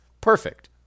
perfect